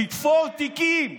לתפור תיקים.